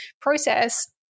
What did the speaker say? process